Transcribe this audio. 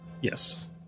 Yes